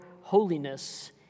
holiness